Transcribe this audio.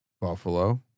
Buffalo